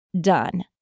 done